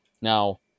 Now